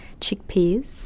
chickpeas